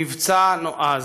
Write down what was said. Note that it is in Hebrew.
במבצע נועז.